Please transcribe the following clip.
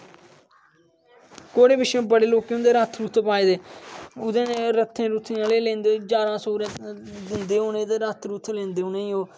घोडे़ पिच्छे बडे़ं लोक होंदे रथ पाए दे ओह्दे नै रथें रुथें आहले लैंदे ग्यारां सौ रपया दिंदे उनेंगी ते रथ लैंदे उनेंगी ओह्